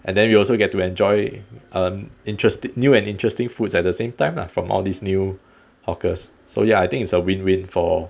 and then we also get to enjoy uh interesting new and interesting foods at the same time lah from all these new hawkers so ya I think it's a win win for